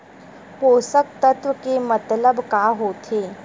पोषक तत्व के मतलब का होथे?